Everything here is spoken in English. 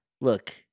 Look